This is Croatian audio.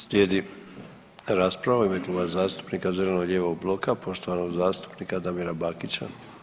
Slijedi rasprava u ime Kluba zastupnika zeleno-lijevog bloka poštovanog zastupnika Damira Bakića.